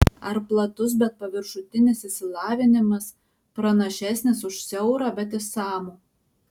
ar platus bet paviršutinis išsilavinimas pranašesnis už siaurą bet išsamų